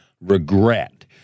regret